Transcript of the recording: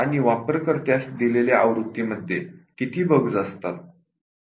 आणि यूजर्सला दिलेल्या व्हर्जनमध्ये किती बग्स असतात